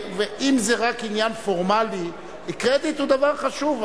אם זה רק עניין פורמלי - קרדיט הוא דבר חשוב.